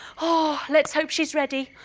oh let's hope she's ready!